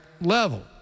level